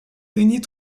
réunit